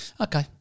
Okay